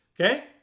okay